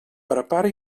prepara